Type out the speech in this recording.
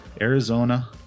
Arizona